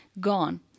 gone